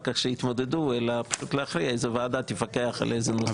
ואחר כך שיתמודדו אלא פשוט להכריע איזו ועדה תפקח על איזה נושא.